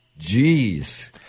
Jeez